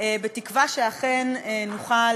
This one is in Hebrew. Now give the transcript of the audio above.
בתקווה שאכן נוכל,